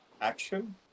action